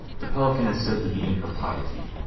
the pelican is said to be in her piety,